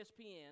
ESPN